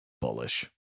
bullish